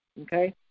Okay